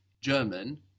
German